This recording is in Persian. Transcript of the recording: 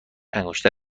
انگشتر